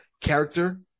character